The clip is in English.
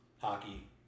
Hockey